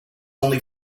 only